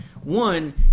One